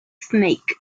snake